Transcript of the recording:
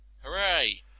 Hooray